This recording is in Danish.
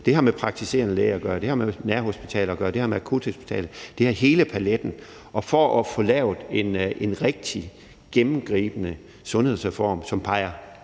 det har med praktiserende læger at gøre, det har med nærhospitaler at gøre, det har med akuthospitaler at gøre, det har hele paletten – at for at få lavet en rigtig gennemgribende sundhedsreform, som peger